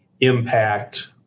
impact